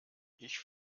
ich